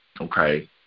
okay